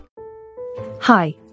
Hi